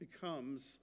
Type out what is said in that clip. becomes